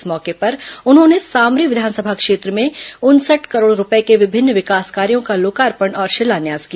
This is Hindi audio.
इस मौके पर उन्होंने सामरी विधानसभा क्षेत्र में उनसठ करोड़ रूपये के विभिन्न विकास कार्यों का लोकार्पण और शिलान्यास किया